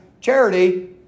charity